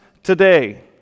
Today